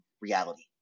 reality